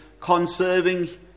conserving